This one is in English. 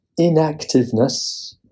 inactiveness